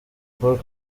paul